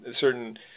certain